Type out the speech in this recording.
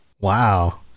Wow